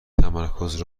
تمرکز